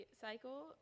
cycle